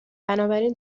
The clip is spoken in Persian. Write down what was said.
بنابراین